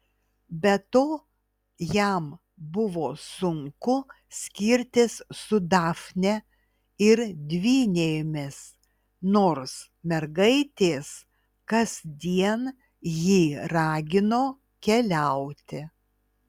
be to jam buvo sunku skirtis su dafne ir dvynėmis nors mergaitės kasdien jį ragino keliauti